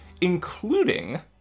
including